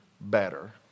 better